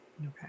Okay